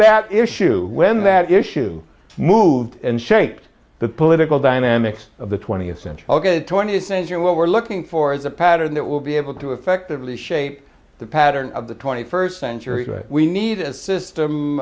that issue when that issue moved and shaped the political dynamics of the twentieth century august twentieth century what we're looking for is a pattern that will be able to effectively shape the pattern of the twenty first century we need a system